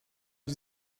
die